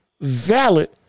valid